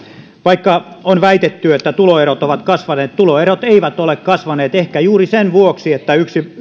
vaikka on väitetty että tuloerot ovat kasvaneet tuloerot eivät ole kasvaneet ehkä juuri sen vuoksi että yhden